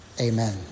Amen